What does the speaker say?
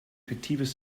fiktives